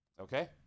Okay